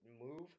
move